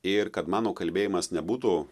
ir kad mano kalbėjimas nebūtų